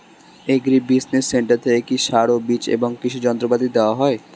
Agri business centre থেকে কি সার ও বিজ এবং কৃষি যন্ত্র পাতি দেওয়া হয়?